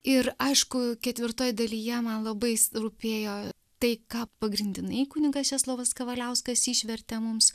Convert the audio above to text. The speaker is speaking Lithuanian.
ir aišku ketvirtoj dalyje man labai rūpėjo tai ką pagrindinai kunigas česlovas kavaliauskas išvertė mums